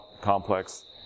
complex